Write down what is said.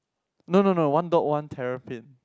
no no no one dog one terrapin